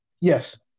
yes